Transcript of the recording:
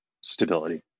stability